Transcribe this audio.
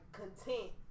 content